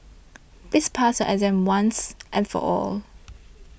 please pass your exam once and for all